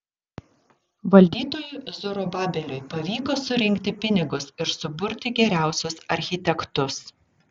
valdytojui zorobabeliui pavyko surinkti pinigus ir suburti geriausius architektus